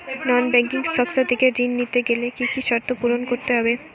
নন banking সংস্থা থেকে ঋণ নিতে গেলে কি কি শর্ত পূরণ করতে হয়?